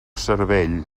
cervell